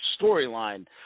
storyline